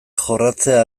jorratzea